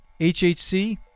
HHC